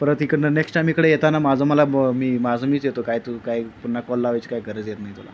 परत इकडं next time इकडे येताना माझं मला ब मी माझं मीच येतो काय तू काय पुन्हा कॉल लावायची काय गरज येत नाही तुला